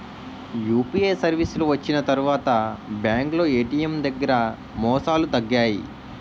UPI సర్వీసులు వచ్చిన తర్వాత బ్యాంకులో ఏటీఎం దగ్గర మోసాలు తగ్గాయి